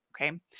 okay